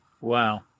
Wow